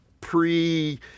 pre